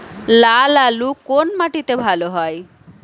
লাল আলু কোন মাটিতে ভালো হয়?